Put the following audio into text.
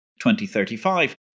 2035